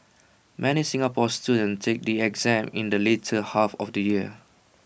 many Singapore students take the exam in the later half of the year